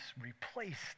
replaced